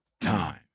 time